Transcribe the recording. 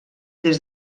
des